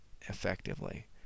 effectively